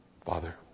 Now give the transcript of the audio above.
Father